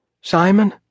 Simon